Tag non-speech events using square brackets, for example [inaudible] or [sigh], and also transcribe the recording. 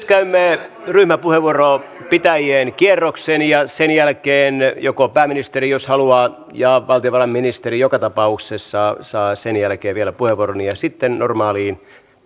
[unintelligible] käymme ryhmäpuheenvuoron pitäjien kierroksen ja sen jälkeen pääministeri jos haluaa ja valtiovarainministeri joka tapauksessa saa sen jälkeen vielä puheenvuoron ja sitten normaaleihin